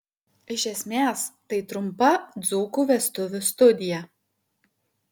iš esmės tai trumpa dzūkų vestuvių studija